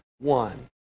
One